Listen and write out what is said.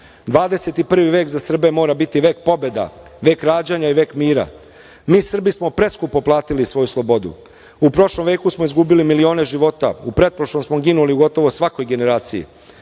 prvi vek za Srbe mora biti vek pobeda, vek rađanja i vek mira. Mi Srbi smo preskupo platili svoju slobodu. U prošlom veku smo izgubili milione života, u pretprošlom smo ginuli u gotovo svakoj generaciji.